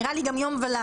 נראה לי גם יום ולילה.